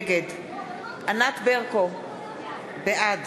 נגד ענת ברקו, בעד